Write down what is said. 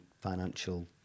financial